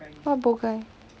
what bow guy